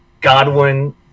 Godwin